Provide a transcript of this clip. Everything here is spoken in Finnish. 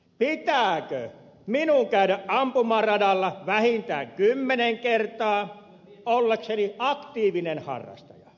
pitääkö minun käydä ampumaradalla vähintään kymmenen kertaa ollakseni aktiivinen harrastaja